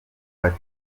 bati